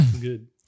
good